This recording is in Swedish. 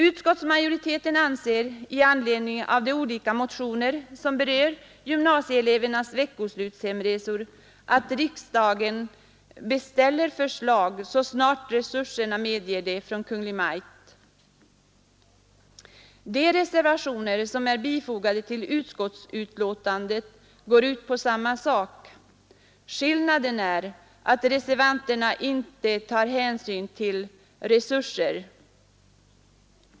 Utskottsmajoriteten anser i anledning av de olika motioner som berör gymnasieelevernas veckoslutshemresor att riksdagen bör beställa förslag från Kungl. Maj:t så snart resurserna medger det. De reservationer som är fogade till utskottets betänkande går ut på samma sak. Skillnaden är att reservanterna inte tar hänsyn till resurser.